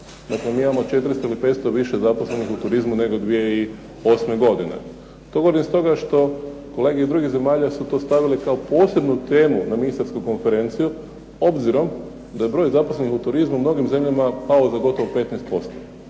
Dakle mi imamo 400 ili 500 više zaposlenih u turizmu nego 2008. godine. To govorim stoga što kolege iz drugih zemalja su to stavili kao posebnu temu na ministarskoj konferenciji, obzirom da je broj zaposlenih u turizmu u mnogim zemljama pao za gotovo 15%.